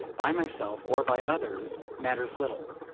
by myself or by others, matters little.